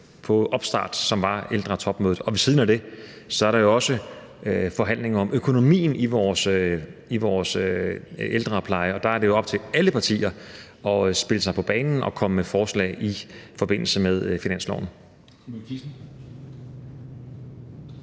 den opstart, som var ældretopmødet. Ved siden af det er der jo også forhandlinger om økonomien i vores ældrepleje, og der er det op til alle partier at spille sig på banen og komme med forslag i forbindelse med finansloven.